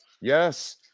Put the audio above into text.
Yes